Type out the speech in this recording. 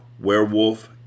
werewolf